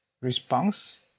response